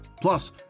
Plus